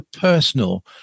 personal